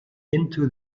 into